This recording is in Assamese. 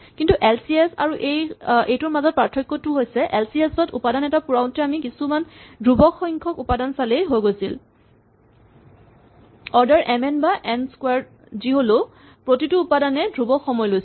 কিন্তু এল চি এচ আৰু এইটোৰ মাজত পাৰ্থক্যটো হৈছে যে এল চি এচ ত উপাদান এটা পুৰাওতে আমি কিছুমান ধ্ৰুৱক সংখ্যক উপাদান চালেই হৈ গৈছিল অৰ্ডাৰ এম এন বা এন ক্সোৱাৰড যি হ'লেও প্ৰতিটো উপাদানে ধ্ৰুৱক সময় লৈছিল